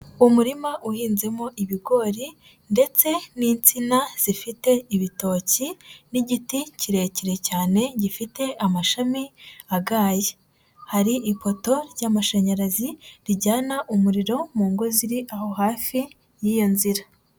Umurima uhinzemo ibigori ndetse n'insina zifite ibitoki n'igiti kirekire cyane gifite amashami agaye. Hari ipoto ry'amashanyarazi rijyana umuriro mu ngo ziri aho hafi y'iyo nzira.